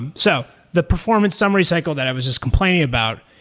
and so the performance summary cycle that i was just complaining about,